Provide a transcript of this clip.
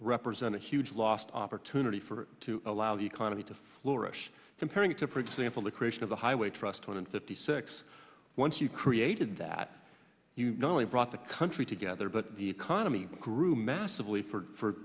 represent a huge lost opportunity for to allow the economy to florists comparing it to for example the creation of the highway trust fund fifty six once you created that you not only brought the country together but the economy grew massively for for